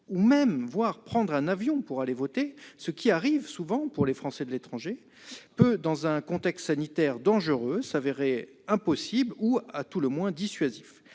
route, voire prendre un avion pour aller voter, ce qui arrive souvent pour les Français de l'étranger, peut, dans un contexte sanitaire dangereux, s'avérer impossible ou, à tout le moins, dissuasif.